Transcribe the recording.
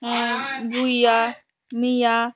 Bhuiyan Mia